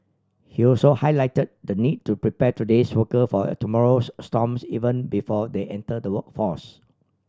he also highlight the need to prepare today's worker for tomorrow's storms even before they enter the workforce